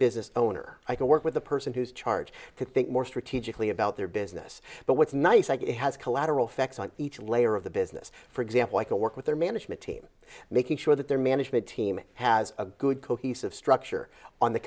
business owner i can work with the person who's charge to think more strategically about their business but what's nice i get has collateral facts on each layer of the business for example i can work with their management team making sure that their management team has a good cohesive structure on the